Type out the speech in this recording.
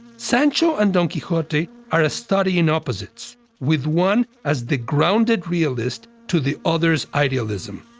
sancho and don quixote are a study in opposites with one as the grounded realist to the other's idealism.